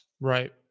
Right